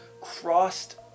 crossed